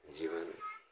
जीवन